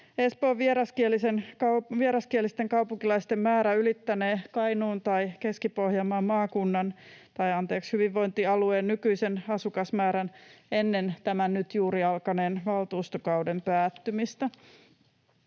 Espoon vieraskielisten kaupunkilaisten määrä ylittänee Kainuun tai Keski-Pohjanmaan maakunnan — tai, anteeksi, hyvinvointialueen — nykyisen asukasmäärän ennen tämän nyt juuri alkaneen valtuustokauden päättymistä.